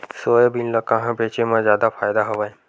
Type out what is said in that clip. Soybean ल कहां बेचे म जादा फ़ायदा हवय?